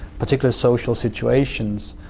particular social situations,